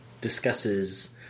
discusses